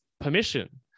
permission